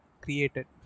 created